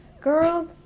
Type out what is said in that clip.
girl